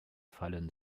fallen